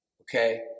okay